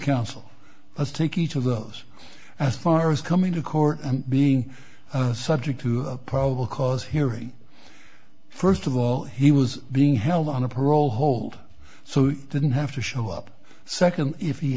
counsel let's take each of those as far as coming to court and being subject to a probable cause hearing first of all he was being held on a parole hold so you didn't have to show up second if he